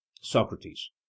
socrates